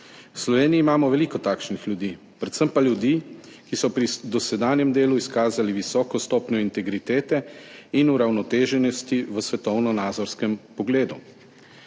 V Sloveniji imamo veliko takšnih ljudi, predvsem pa ljudi, ki so pri dosedanjem delu izkazali visoko stopnjo integritete in uravnoteženosti v svetovnonazorskem pogledu.